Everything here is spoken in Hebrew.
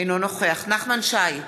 אינו נוכח נחמן שי,